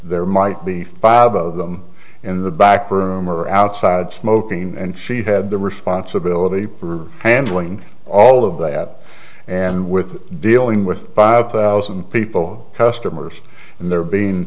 there might be five of them in the back room or outside smoking and she had the responsibility for handling all of that and with dealing with five thousand people customers and there being